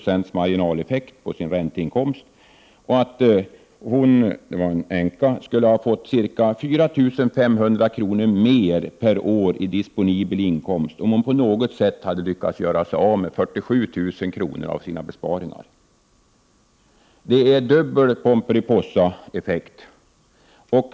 1988/89:45 fekt på sin ränteinkomst och att hon, det var en änka, skulle ha fått ca 4 500 14 december 1988 kr. mer per år i disponibel inkomst, om hon på något sätt hade lyckats göra sig JT, ov, ro ar av med 47 000 kr. av sina besparingar. Det är dubbel Pomperipossa-effekt.